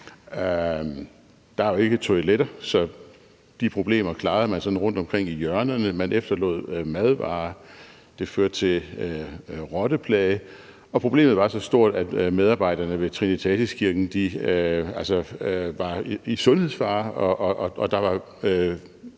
Der er jo ikke toiletter, så de problemer klarede man rundtomkring i hjørnerne, og man efterlod madvarer, og det førte til rotteplage, og problemet var så stort, at medarbejderne ved Trinitatis Kirke var i sundhedsfare, og der var